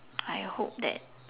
I hope that